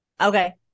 Okay